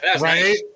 Right